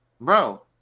bro